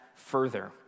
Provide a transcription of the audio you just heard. further